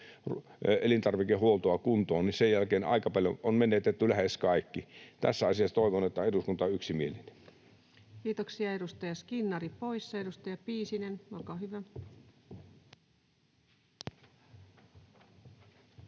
elintarvikehuoltoa kuntoon, niin sen jälkeen aika paljon on menetetty, lähes kaikki. Tässä asiassa toivon, että eduskunta on yksimielinen. [Speech 66] Speaker: Ensimmäinen varapuhemies